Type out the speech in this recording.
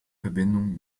verbindungen